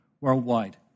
worldwide